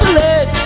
let